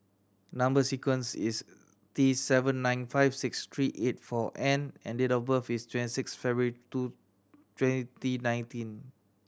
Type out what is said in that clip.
number sequence is T seven nine five six three eight four N and date of birth is twenty six February two twenty nineteen